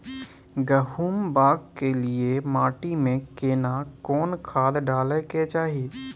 गहुम बाग के लिये माटी मे केना कोन खाद डालै के चाही?